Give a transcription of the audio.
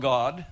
God